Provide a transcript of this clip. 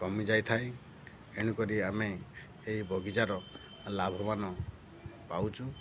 କମିଯାଇ ଥାଏ ଏଣୁକରି ଆମେ ଏଇ ବଗିଚାର ଲାଭବାନ ପାଉଛୁ